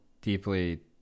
deeply